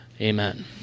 amen